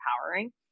empowering